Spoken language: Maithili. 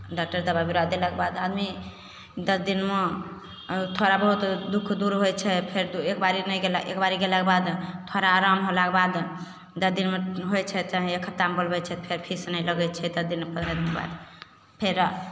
डॉकटर दवा बिरा देलाके बाद आदमी दस दिनमे थोड़ा बहुत दुख दूर होइ छै फेर एक बारी नहि गेला एक बारी गेलाके बाद थोड़ा आराम होलाके बाद दस दिनमे होइ छै चाहे एक हफ्तामे बोलबै छै फेर फीस नहि लागै छै दस दिनपर बाद फेर